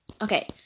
Okay